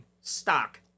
stock